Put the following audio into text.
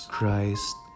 Christ